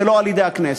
ולא על-ידי הכנסת.